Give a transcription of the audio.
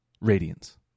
radiance